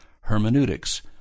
hermeneutics